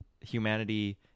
humanity